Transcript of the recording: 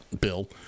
Bill